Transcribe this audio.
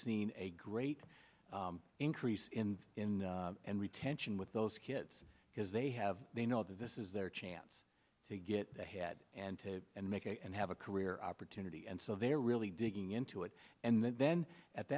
seen a great increase in in and retention with those kids because they have they know that this is their chance to get ahead and to and make and have a career opportunity and so they're really digging into it and then at